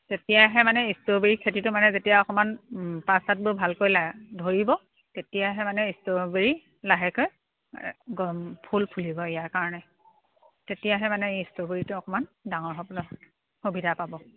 তেতিয়াহে মানে ষ্ট্ৰবেৰী খেতিটো মানে যেতিয়া অকণমান ও পাত চাতবোৰ ভালকৈ লা ধৰিব তেতিয়াহে মানে ষ্ট্ৰবেৰী লাহেকৈ ফুল ফুলিব ইয়াৰ কাৰণে তেতিয়াহে মানে ই ষ্ট্ৰবেৰীটো অকণমান ডাঙৰ হ'বলৈ সুবিধা পাব